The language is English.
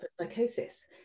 psychosis